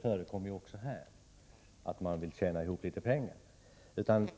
förekommer ju också här, men det är inte den saken min fråga handlar om.